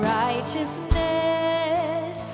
righteousness